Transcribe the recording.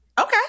Okay